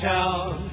Town